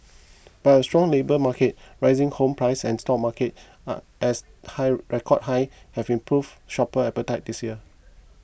but a strong labour market rising home prices and stock markets as high record high have improved shopper appetite this year